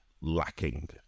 lacking